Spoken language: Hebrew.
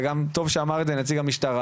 וגם טוב שאמר את זה נציג המשטרה,